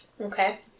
Okay